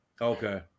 Okay